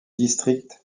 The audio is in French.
districts